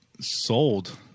Sold